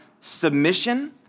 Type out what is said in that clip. submission